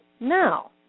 Now